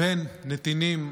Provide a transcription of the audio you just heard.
בין נתינים,